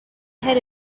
had